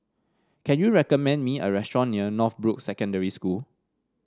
can you recommend me a restaurant near Northbrooks Secondary School